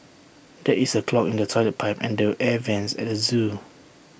there is A clog in the Toilet Pipe and the air Vents at the Zoo